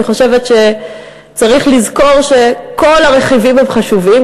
אני חושבת שצריך לזכור שכל הרכיבים הם חשובים,